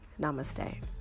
Namaste